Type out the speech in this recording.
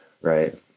right